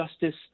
Justice